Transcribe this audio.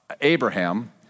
Abraham